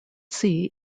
sea